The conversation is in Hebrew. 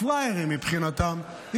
פראיירים מבחינתם,